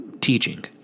teaching